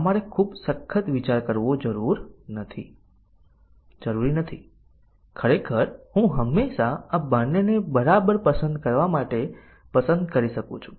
આ બંને basic condition ની કવરેજ અને ડીસીઝન કવરેજ બંને પ્રાપ્ત કરશે